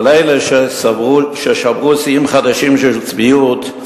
אבל אלה ששברו שיאים חדשים של צביעות,